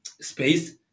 space